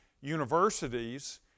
universities